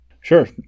Sure